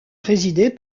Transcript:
présidé